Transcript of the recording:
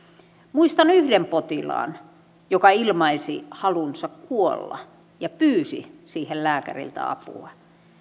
muistan yhden potilaan joka ilmaisi halunsa kuolla ja pyysi siihen lääkäriltä apua